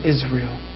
Israel